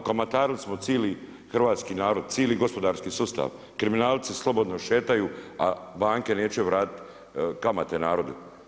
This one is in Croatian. Okamatarili smo cili hrvatski narod, cili gospodarski sustav, kriminalci slobodno šetaju, a banke neće vratiti kamate narodu.